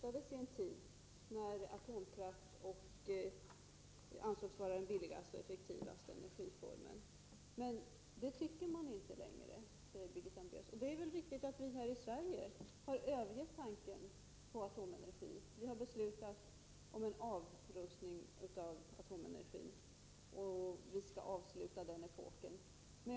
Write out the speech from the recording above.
Men detta anser man inte längre vara fallet, säger Birgitta Hambraeus. Det är riktigt att vi här i Sverige har övergivit tanken på atomenergin. Vi har fattat beslut om en avrustning när det gäller atomenergin, och vi skall avsluta den epoken.